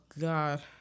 God